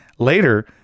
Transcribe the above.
Later